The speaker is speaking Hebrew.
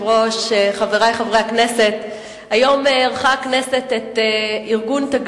לנקוט פעולות שמירה מיוחדות על מנת למנוע גנבות ציוד מצד